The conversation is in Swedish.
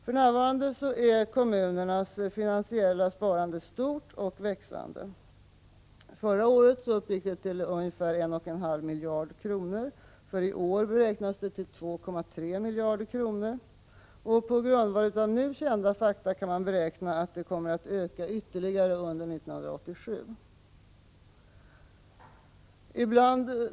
För närvarande är kommunernas finansiella sparande stort och växande. Förra året uppgick det till ungefär 1.5 miljarder kronor. För i år beräknas det till 2,3 miljarder kronor. På grundval av nu kända fakta kan det beräknas öka ytterligare 1987.